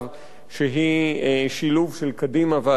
שהיא שילוב של קדימה והליכוד.